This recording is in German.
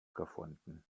gefunden